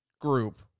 group